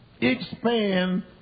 expand